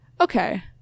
okay